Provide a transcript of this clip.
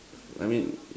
I mean